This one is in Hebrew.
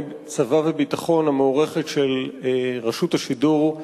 צבא וביטחון המוערכת של רשות השידור,